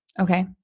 Okay